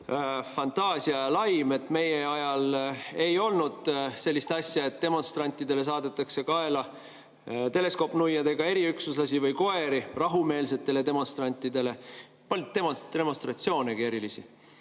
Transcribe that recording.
fantaasia ja laim. Meie ajal ei olnud sellist asja, et demonstrantidele saadetakse kaela teleskoopnuiadega eriüksuslasi või koeri – rahumeelsetele demonstrantidele. Polnud demonstratsioonegi erilisi.